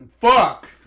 Fuck